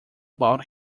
about